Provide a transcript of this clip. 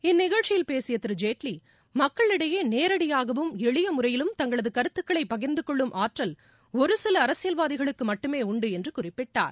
இந்நிகழ்ச்சியில் பேசிய திரு ஜேட்லி மக்களிடையே நேரடியாகவும் எளிய முறையிலும் தங்களது கருத்துக்களை பகிர்ந்துகொள்ளும் ஆற்றல் ஒரு சில அரசியல்வாதிகளுக்கு மட்டுமே உண்டு என்று குறிப்பிட்டார்